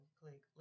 click